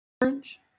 orange